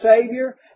Savior